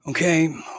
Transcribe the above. Okay